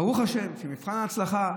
ברוך השם שבמבחן ההצלחה,